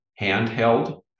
handheld